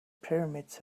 pyramids